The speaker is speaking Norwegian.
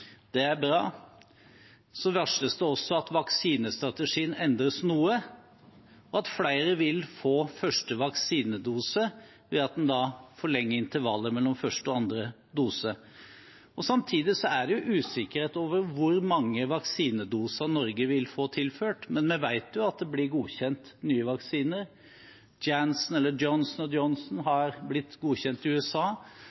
Det er bra. Så varsles det også at vaksinestrategien endres noe, og at flere vil få første vaksinedose ved at en forlenger intervallet mellom første og andre dose. Samtidig er det jo usikkerhet om hvor mange vaksinedoser Norge vil få tilført, men vi vet jo at det blir godkjent nye vaksiner. Janssen/Johnson & Johnson har blitt godkjent i USA og